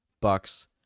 Bucks